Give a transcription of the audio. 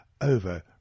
over